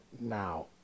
now